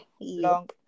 long